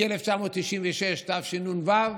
מ-1996, תשנ"ו,